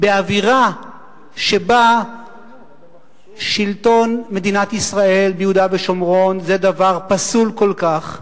באווירה שבה שלטון מדינת ישראל ביהודה ושומרון זה דבר פסול כל כך,